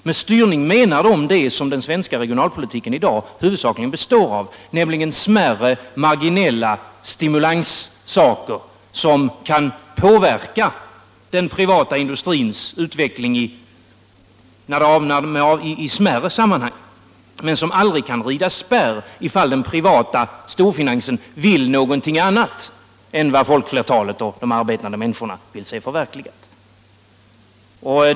Med styrning menar de det som den svenska regionalpolitiken i dag huvudsakligen består av, nämligen smärre marginella stimulansmedel, som kan påverka den privata industrins utveckling i smärre sammanhang men som aldrig kan rida spärr mot den ifall den privata storfinansen vill någonting annat än vad folkflertalet och de arbetande människorna vill se förverkligat.